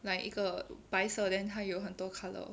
like 一个白色 then 他有很多 colour